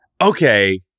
Okay